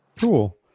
cool